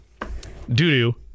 doo-doo